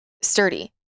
sturdy